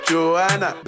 Joanna